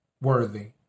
worthy